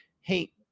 Hey